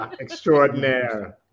Extraordinaire